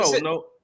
no